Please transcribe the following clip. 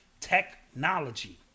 technology